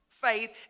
Faith